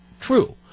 true